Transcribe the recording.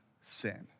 sin